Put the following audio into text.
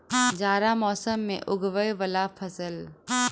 जाड़ा मौसम मे उगवय वला फसल?